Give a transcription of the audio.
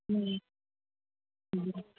હમ્મ હમ્મ